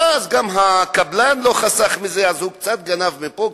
ואז גם הקבלן לא חסך מזה אז הוא קצת גנב מפה,